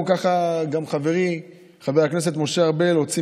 ככה גם חברי חבר הכנסת משה ארבל הוציא